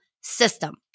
system